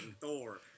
thor